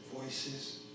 voices